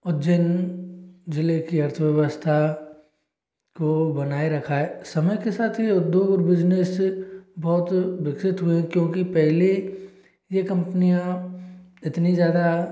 उज्जैन ज़िले की अर्थव्यवस्था को बनाए रखा है समय के साथ यह उद्योग और बिज़नेस बहुत विकसित हुए क्योंकि पहले यह कम्पनियाँ इतनी ज़्यादा